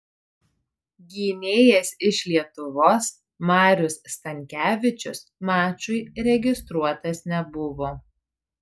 gynėjas iš lietuvos marius stankevičius mačui registruotas nebuvo